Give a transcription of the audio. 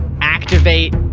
activate